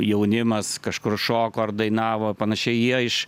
jaunimas kažkur šoko ar dainavo panašiai jie iš